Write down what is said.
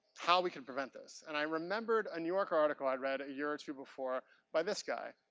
how we could prevent this. and i remembered a new yorker article i'd read a year or two before by this guy.